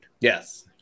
Yes